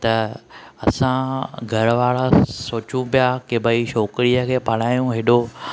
त असां घरु वारा सोचूं पया की भई छोकिरीअ खे पढ़ायूं हेॾो